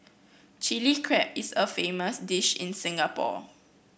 Chilli Crab is a famous dish in Singapore